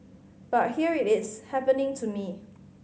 but here it is happening to me